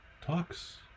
Talks